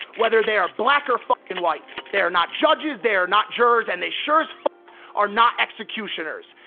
whether they are black or and white, they're not judges, they're not jurors and they surely are not executioners.